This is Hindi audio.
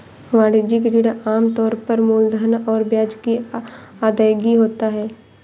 वाणिज्यिक ऋण आम तौर पर मूलधन और ब्याज की अदायगी होता है